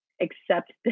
accept